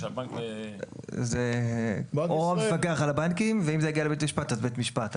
שהבנק --- זה או המפקח על הבנקים ואם זה יגיע לבית משפט אז בית משפט.